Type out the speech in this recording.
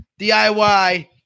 DIY